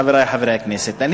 חברי חברי הכנסת,